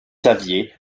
saviez